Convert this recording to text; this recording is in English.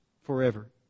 forever